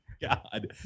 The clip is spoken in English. god